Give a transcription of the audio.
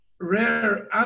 rare